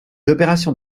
opérations